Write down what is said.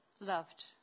loved